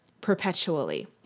perpetually